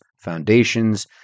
foundations